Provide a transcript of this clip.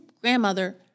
grandmother